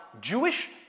Jewish